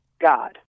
God